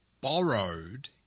borrowed